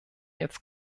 jetzt